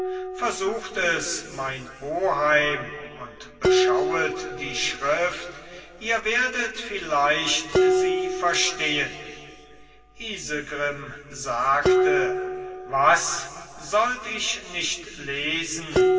versucht es mein oheim und beschauet die schrift ihr werdet vielleicht sie verstehen isegrim sagte was sollt ich nicht lesen